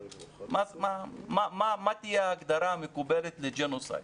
מה תהיה ההגדרה המקובלת לג'נוסייד.